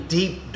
deep